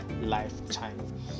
lifetime